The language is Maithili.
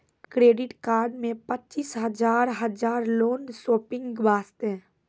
क्रेडिट कार्ड मे पचीस हजार हजार लोन शॉपिंग वस्ते?